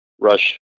Rush